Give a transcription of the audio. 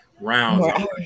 rounds